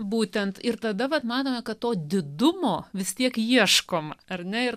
būtent ir tada vat manome kad to didumo vis tiek ieškome ar ne ir